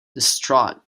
distraught